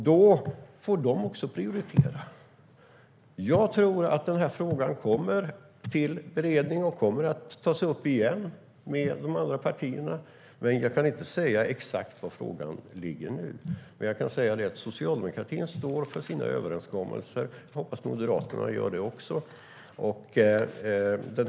Då får de också prioritera. Jag tror att denna fråga kommer till beredning och att den kommer att tas upp igen med de andra partierna, men jag kan inte säga exakt var den ligger nu. Men jag kan säga att socialdemokratin står för sina överenskommelser. Jag hoppas att Moderaterna också gör det.